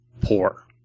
poor